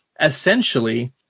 essentially